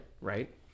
right